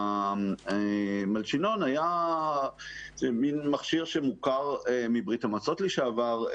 המלשינון הוא מין מכשיר שמוכר מברית המועצות לשעבר,